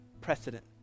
precedent